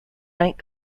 night